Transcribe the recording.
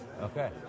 Okay